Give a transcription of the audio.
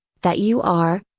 that you are,